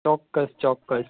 ચોક્કસ ચોક્કસ